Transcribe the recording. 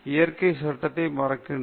இயற்கை சட்டத்தை மறுக்கிறேன்